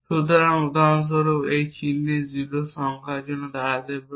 সুতরাং উদাহরণস্বরূপ এই চিহ্নটি 0 সংখ্যার জন্য দাঁড়াতে পারে